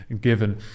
given